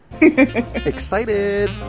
excited